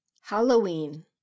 Halloween